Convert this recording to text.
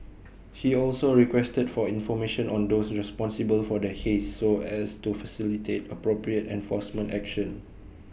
he also requested for information on those responsible for the haze so as to facilitate appropriate enforcement action